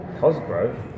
Cosgrove